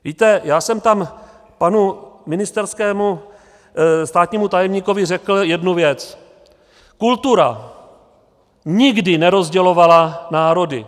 Víte, já jsem tam panu ministerskému státnímu tajemníkovi řekl jednu věc: Kultura nikdy nerozdělovala národy.